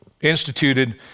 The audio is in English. instituted